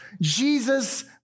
Jesus